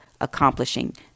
accomplishing